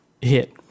hit